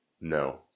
No